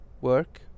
work